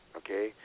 okay